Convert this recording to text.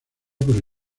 por